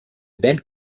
bel